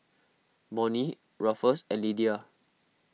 Monnie Ruffus and Lidia